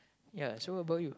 ya so what about you